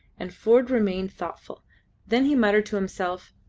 and ford remained thoughtful then he muttered to himself,